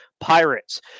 Pirates